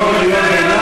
אתם ה"ווינרים".